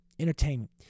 entertainment